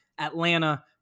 Atlanta